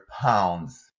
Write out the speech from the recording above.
pounds